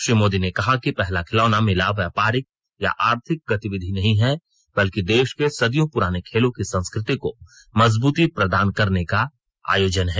श्री मोदी ने कहा कि पहला खिलौना मेला व्यापारिक या आर्थिक गतिविधि नहीं है बल्कि देश के सदियों पुराने खेलों की संस्कृति को मजबूती प्रदान करने का आयोजन है